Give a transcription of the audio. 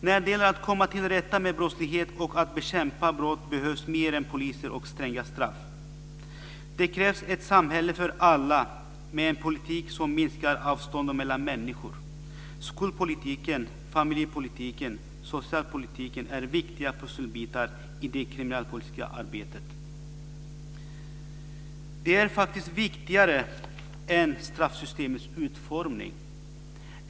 När det gäller att komma till rätta med brottslighet och att bekämpa brott behövs mer än poliser och stränga straff. Det krävs ett samhälle för alla, med en politik som minskar avstånden mellan människor. Skolpolitiken, familjepolitiken och socialpolitiken är viktiga pusselbitar i det kriminalpolitiska arbetet. Det är faktiskt viktigare än straffsystemets utformning.